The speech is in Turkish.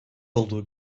olduğu